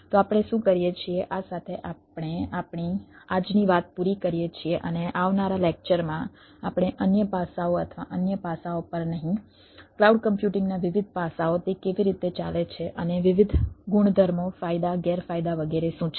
તો આપણે શું કરીએ છીએ આ સાથે આપણે આપણી આજની વાત પૂરી કરીએ છીએ અને આવનારા લેક્ચરમાં આપણે અન્ય પાસાઓ અથવા અન્ય પાસાઓ પર નહીં ક્લાઉડ કમ્પ્યુટિંગના વિવિધ પાસાઓ તે કેવી રીતે ચાલે છે અને વિવિધ ગુણધર્મો ફાયદા ગેરફાયદા વગેરે શું છે